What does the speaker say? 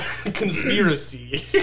Conspiracy